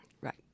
Right